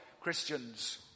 Christians